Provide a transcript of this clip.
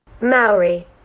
Maori